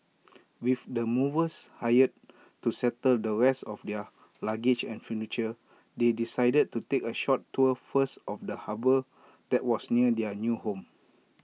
with the movers hired to settle the rest of their luggage and furniture they decided to take A short tour first of the harbour that was near their new home